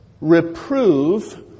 reprove